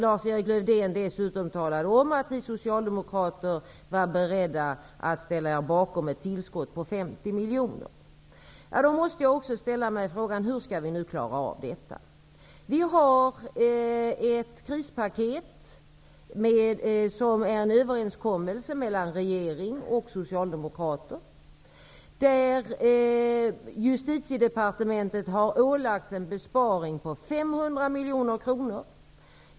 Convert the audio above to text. Lars-Erik Lövdén talar dessutom om att Socialdemokraterna är beredda att ställa sig bakom ett tillskott på 50 miljoner kronor. Då måste jag ställa mig frågan: Hur skall vi nu klara av detta? Vi har ett krispaket, som är en överenskommelse mellan regering och Socialdemokrater där Justitiedepartementet har ålagts en besparing på 500 miljoner kronor.